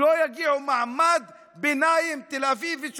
שלא יגיע מעמד ביניים תל אביבי שאומר: